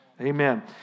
Amen